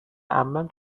عمم